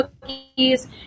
cookies